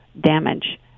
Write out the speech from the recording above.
damage